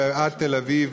ועד תל-אביב,